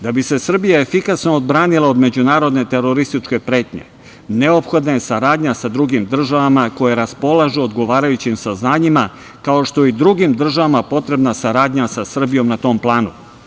Da bi se Srbija efikasno odbranila od međunarodne terorističke pretnje neophodna je saradnja sa drugim državama koje raspolažu odgovarajućim saznanjima, kao što je i drugim državama potrebna saradnja sa Srbijom na tom planu.